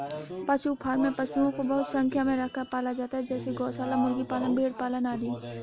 पशु फॉर्म में पशुओं को बहुत संख्या में रखकर पाला जाता है जैसे गौशाला, मुर्गी पालन, भेड़ पालन आदि